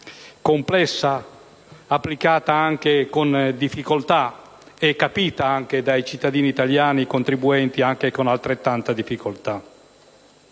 complessa, applicata con difficoltà e capita dai cittadini italiani contribuenti con altrettanta difficoltà;